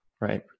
right